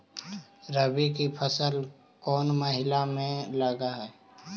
रबी की फसल कोन महिना में लग है?